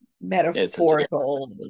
metaphorical